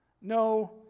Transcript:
no